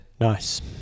Nice